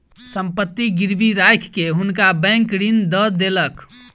संपत्ति गिरवी राइख के हुनका बैंक ऋण दय देलक